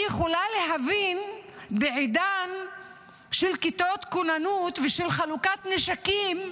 אני יכולה להבין שבעידן של כיתות כוננות ושל חלוקת נשקים,